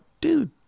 dude